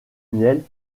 miel